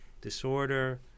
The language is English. disorder